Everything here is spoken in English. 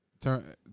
Turn